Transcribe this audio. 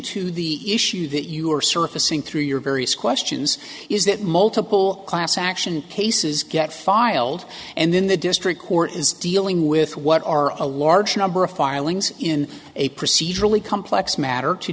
to the issue that you are surfacing through your various questions is that multiple class action cases get filed and then the district court is dealing with what are a large number of filings in a procedurally complex matter to